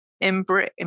embrace